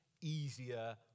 easier